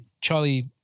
Charlie